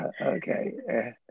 Okay